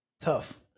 Tough